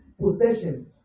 possession